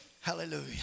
hallelujah